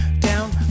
down